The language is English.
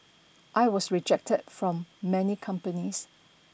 I was rejected from many companies